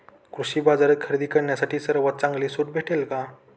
कृषी बाजारात खरेदी करण्यासाठी सर्वात चांगली सूट भेटेल का?